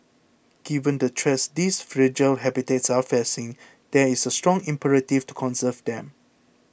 given the threats these fragile habitats are facing there is a strong imperative to conserve them